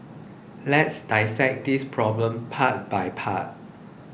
let's dissect this problem part by part